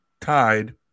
tied